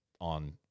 on